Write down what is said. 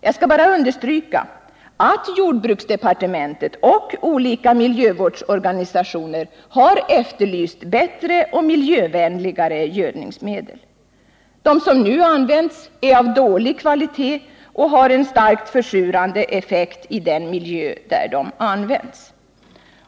Jag skall bara understryka att jordbruksdepartementet och olika miljövårdsorganisationer efterlyst bättre och miljövänligare gödningsmedel. De som nu används är av dålig kvalitet och har en starkt försurande effekt i den miljö där de används.